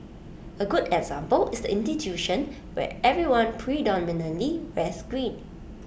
A good example is the institution where everyone predominantly wears green